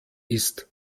ist